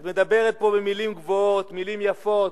את מדברת פה במלים גבוהות, מלים יפות.